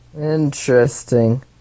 interesting